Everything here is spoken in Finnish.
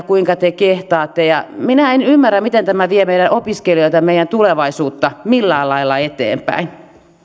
kuinka te kehtaatte ja minä en ymmärrä miten tämä vie meidän opiskelijoita ja meidän tulevaisuutta millään lailla eteenpäin